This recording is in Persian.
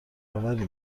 آوری